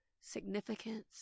significance